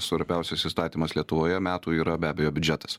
svarbiausias įstatymas lietuvoje metų yra be abejo biudžetas